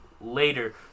later